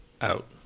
out